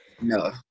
No